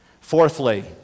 Fourthly